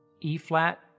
E-flat